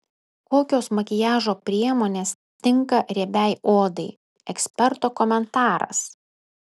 kokios makiažo priemonės tinka riebiai odai eksperto komentaras